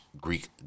Greek